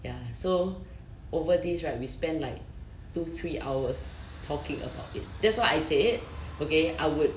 ya so over this right we spend like two three hours talking about it that's why I said okay I would